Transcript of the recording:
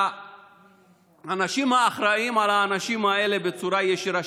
שהאנשים האחראים לאנשים האלה בצורה ישירה,